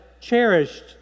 cherished